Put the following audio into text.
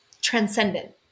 transcendent